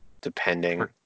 depending